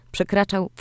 Przekraczał